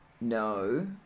No